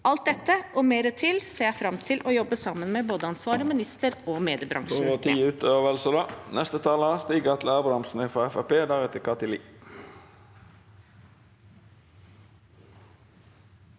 Alt dette og mer til ser jeg fram til å jobbe med, sammen med både ansvarlig minister og mediebransjen.